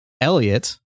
Elliot